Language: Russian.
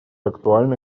актуальны